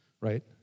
right